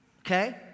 Okay